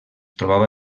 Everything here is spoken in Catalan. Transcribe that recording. trobava